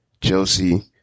Chelsea